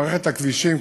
מערכת הכבישים,